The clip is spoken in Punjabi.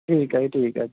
ਠੀਕ ਹੈ ਜੀ ਠੀਕ ਹੈ